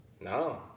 no